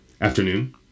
Afternoon